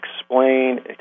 explain